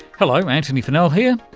hello, antony funnell here,